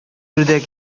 үрдәк